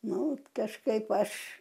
nu kažkaip aš